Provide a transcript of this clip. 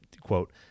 quote